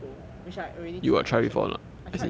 which I already tried actually I tried already